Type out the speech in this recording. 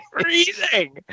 freezing